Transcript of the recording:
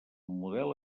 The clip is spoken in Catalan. model